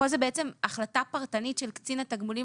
פה זה החלטה פרטנית של קצין התגמולים